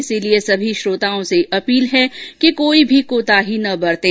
इसलिए सभी श्रोताओं से अपील है कि कोई भी कोताही न बरतें